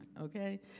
okay